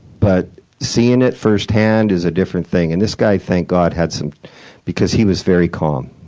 but seeing it firsthand is a different thing. and this guy, thank god, had some because he was very calm.